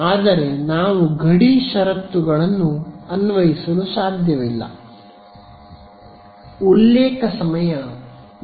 ಆದರೆ ನಾವು ಗಡಿ ಷರತ್ತುಗಳನ್ನು ಅನ್ವಯಿಸಲು ಸಾಧ್ಯವಿಲ್ಲ ಉಲ್ಲೇಖ ಸಮಯ 0705